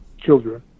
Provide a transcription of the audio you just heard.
children